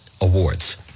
Awards